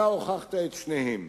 אתה הוכחת את שניהם.